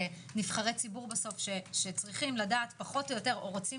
כנבחרי ציבור שצריכים לדעת או רוצים